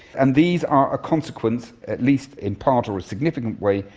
and these are a consequence, at least in part or a significant way,